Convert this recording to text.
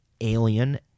alien